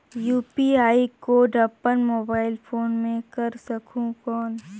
UPI code अपन mobile phone मे कर सकहुं कौन?